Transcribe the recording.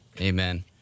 Amen